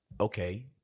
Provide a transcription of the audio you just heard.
Okay